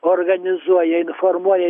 organizuoja informuoja